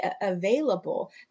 available